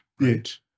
right